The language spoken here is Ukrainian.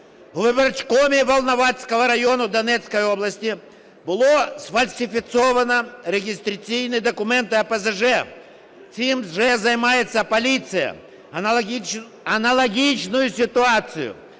У виборчкомі Волноваського району Донецької області було сфальсифіковано реєстраційні документи ОПЗЖ. Цим вже займається поліція. Аналогічну ситуацію